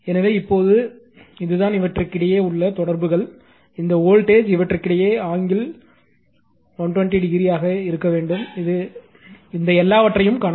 எனவே இப்போது இதுதான் இவற்றிற்கிடையே உள்ள தொடர்புகள் இந்த வோல்டேஜ் இவற்றிற்கிடையே ஆங்கிள் 120 o ஆக இருக்க வேண்டும் இந்த எல்லாவற்றையும் காணலாம்